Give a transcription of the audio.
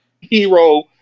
hero